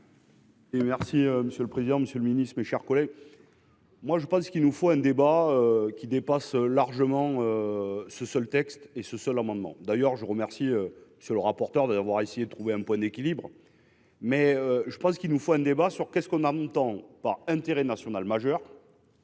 merci monsieur le président, Monsieur le Ministre, mes chers collègues. Moi je pense qu'il nous faut un débat qui dépasse largement. Ce seul texte et ce seul amendement d'ailleurs, je vous remercie. Sur le rapporteur de l'avoir essayé de trouver un point d'équilibre mais je pense qu'il nous faut un débat sur qu'est-ce qu'on a en même temps par intérêt national majeur.